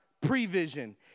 prevision